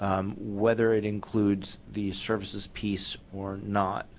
whether it includes the services piece or not.